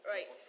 Right